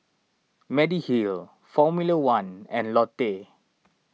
Mediheal formula one and Lotte